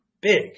big